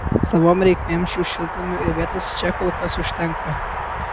savom reikmėm šių šiltnamių ir vietos čia kol kas užtenka